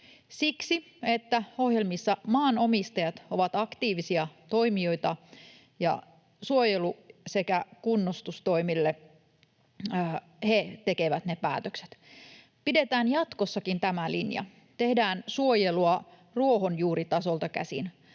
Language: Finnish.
Siksi, että ohjelmissa maanomistajat ovat aktiivisia toimijoita ja he tekevät suojelu- sekä kunnostustoimista ne päätökset. Pidetään jatkossakin tämä linja, tehdään suojelua ruohonjuuritasolta käsin.